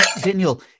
Daniel